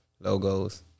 logos